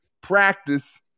practice